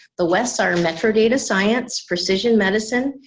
the rest are metro data science, precision medicine,